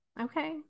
Okay